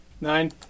nine